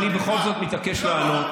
אני בכל זאת מתעקש לענות,